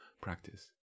practice